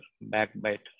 backbite